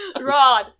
Rod